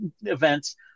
events